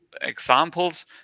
examples